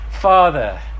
father